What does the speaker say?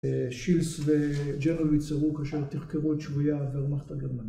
שילס וג'רל ייצרו כאשר תחקרו את שבויי הוורמאכט הגרמני.